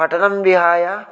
पठनं विहाय